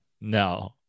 No